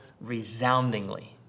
resoundingly